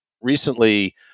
Recently